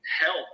help